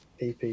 EP